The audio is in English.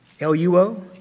L-U-O